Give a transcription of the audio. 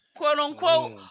quote-unquote